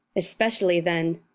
especially then.